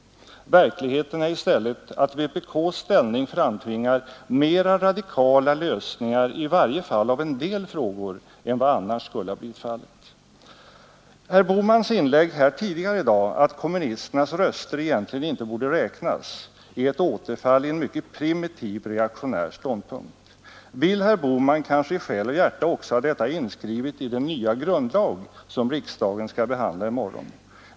Verkligheten är i stället att vpk:s ställning framtvingar mera radikala lösningar, i varje fall av en del frågor, än vad annars skulle ha blivit fallet Herr Bohmans yttrande tidigare i dag att kommunisternas röster egentligen inte borde räknas är ett återfall i en mycket primitiv reaktionär ståndpunkt. Vill herr Bohman kanske i själ och hjärta också ha detta inskrivet i den nya grundlag som riksdagen skall behandla i morgon?